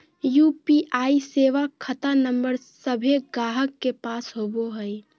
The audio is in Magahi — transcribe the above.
यू.पी.आई सेवा खता नंबर सभे गाहक के पास होबो हइ